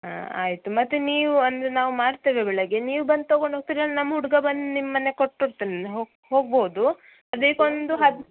ಹಾಂ ಆಯಿತು ಮತ್ತು ನೀವು ಅಂದರೆ ನಾವು ಮಾಡ್ತೇವೆ ಬೆಳಿಗ್ಗೆ ನೀವು ಬಂದು ತೊಗೊಂಡೋಗ್ತೀರಾ ನಮ್ಮ ಹುಡುಗ ಬಂದು ನಿಮ್ಮನೆಗೆ ಕೊಟ್ಬಿಡ್ತಾನೆ ಹೋಗ್ಬೋದು ಅದಕ್ಕೊಂದು ಹತ್ತು